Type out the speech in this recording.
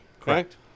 correct